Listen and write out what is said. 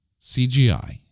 CGI